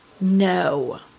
No